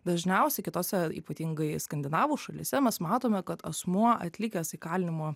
dažniausiai kitose ypatingai skandinavų šalyse mes matome kad asmuo atlikęs įkalinimo